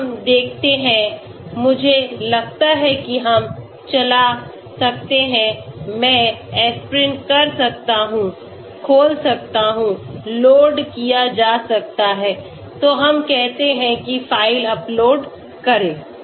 हम देखते हैं मुझे लगता है कि हम चला सकते हैं मैं एस्पिरिन कर सकता हूं खोल सकता हूं लोड किया जा सकता हैं तो हम कहते हैं कि फाइल अपलोड करें